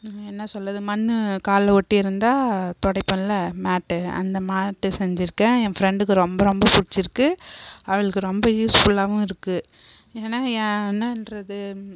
என்ன சொல்வது மண் காலில் ஒட்டியிருந்தா துடைப்பம்ல மேட்டு அந்த மேட்டு செஞ்சுருக்கேன் என் ஃபிரெண்டுக்கு ரொம்ப ரொம்ப பிடிச்சிருக்கு அவளுக்கு ரொம்ப யூஸ்ஃபுல்லாகவும் இருக்குது ஏன்னால் என்னென்றது